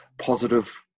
positive